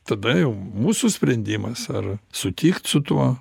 tada jau mūsų sprendimas ar sutikt su tuo